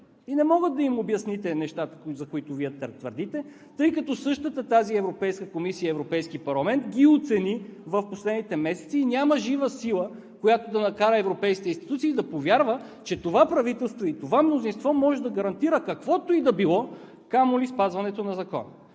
и не може да им обясните нещата, които Вие твърдите, тъй като същата тази Европейска комисия и Европейски парламент ги оцени в последните месеци. Няма жива сила, която да накара европейските институции да повярват, че това правителство и това мнозинство може да гарантира каквото и да било, камо ли спазването на закона.